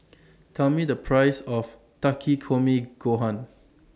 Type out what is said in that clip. Tell Me The Price of Takikomi Gohan